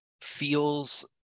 feels